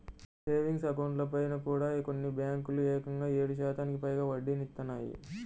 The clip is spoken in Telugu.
సేవింగ్స్ అకౌంట్లపైన కూడా కొన్ని బ్యేంకులు ఏకంగా ఏడు శాతానికి పైగా వడ్డీనిత్తన్నాయి